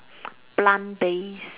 plant based